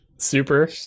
Super